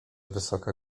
wysoka